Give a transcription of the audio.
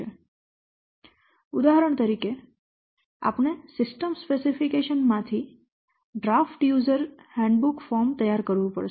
તેથી ઉદાહરણ તરીકે ધારો કે આપણે સિસ્ટમ સ્પેસિફિકેશન માંથી ડ્રાફ્ટ યુઝર હેન્ડબુક ફોર્મ તૈયાર કરવું પડશે